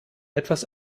etwas